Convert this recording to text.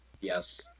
Yes